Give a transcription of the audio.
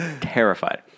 terrified